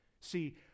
See